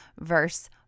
verse